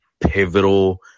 pivotal